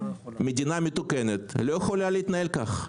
מדינה מתוקנת לא יכולה להתנהל כך.